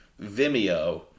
Vimeo